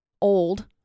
old